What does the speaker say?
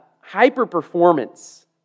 hyper-performance